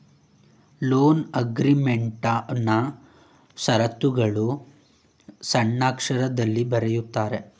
loan ಅಗ್ರೀಮೆಂಟ್ನಾ ಶರತ್ತುಗಳು ಸಣ್ಣಕ್ಷರದಲ್ಲಿ ಬರೆದಿದ್ದಾರೆ